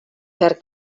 per